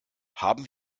haben